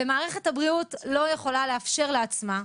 ומערכת הבריאות לא יכולה לאפשר לעצמה,